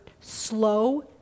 slow